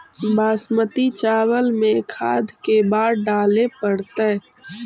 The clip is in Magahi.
बासमती चावल में खाद के बार डाले पड़तै?